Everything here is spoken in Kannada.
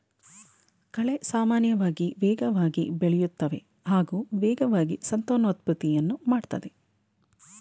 ಕಳೆ ಸಾಮಾನ್ಯವಾಗಿ ವೇಗವಾಗಿ ಬೆಳೆಯುತ್ತವೆ ಹಾಗೂ ವೇಗವಾಗಿ ಸಂತಾನೋತ್ಪತ್ತಿಯನ್ನು ಮಾಡ್ತದೆ